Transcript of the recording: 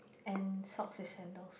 and socks with scandals